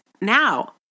now